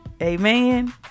amen